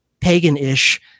pagan-ish